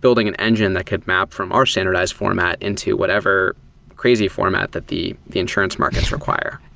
building an engine that could map from our standardized format into whatever crazy format that the the insurance markets require.